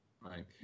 Right